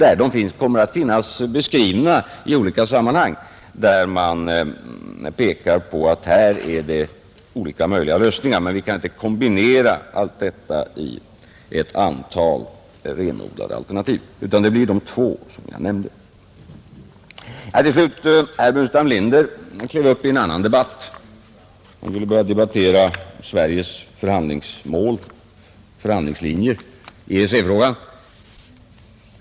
De kommer att finnas beskrivna i olika sammanhang, där det pekas på att det finns olika möjliga lösningar, men vi kan inte kombinera allt detta i ett antal renodlade alternativ, utan det blir de två som jag nämnde. Herr Burenstam Linder klev upp i en annan debatt. Han ville börja debattera Sveriges förhandlingslinje i EEC-frågan.